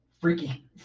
Freaky